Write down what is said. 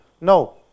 No